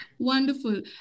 Wonderful